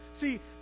See